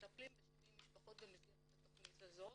מטפלים ב-70 משפחות במסגרת התכנית הזאת.